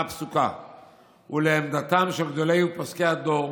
הפסוקה ולעמדתם של גדולי ופוסקי הדור,